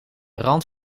rand